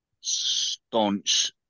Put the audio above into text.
staunch